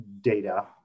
data